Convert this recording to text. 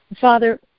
Father